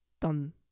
done